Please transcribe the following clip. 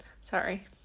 sorry